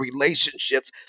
relationships